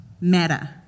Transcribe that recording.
matter